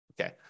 Okay